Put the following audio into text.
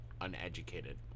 uneducated